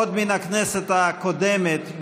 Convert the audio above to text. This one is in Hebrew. עוד מן הכנסת הקודמת,